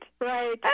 Right